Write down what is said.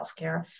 healthcare